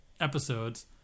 episodes